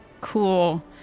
Cool